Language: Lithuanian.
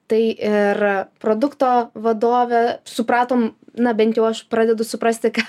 tai ir produkto vadovė supratom na bent jau aš pradedu suprasti ką